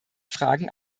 fragen